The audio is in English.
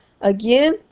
again